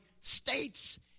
states